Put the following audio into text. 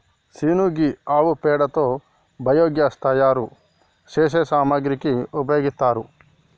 scene గీ ఆవు పేడతో బయోగ్యాస్ తయారు సేసే సామాగ్రికి ఉపయోగిత్తారు